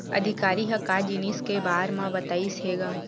अधिकारी ह का जिनिस के बार म बतईस हे गा?